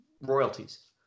royalties